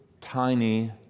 tiny